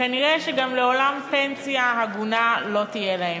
וכנראה גם פנסיה הגונה לעולם לא תהיה להם.